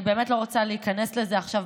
אני באמת לא רוצה להיכנס לזה עכשיו,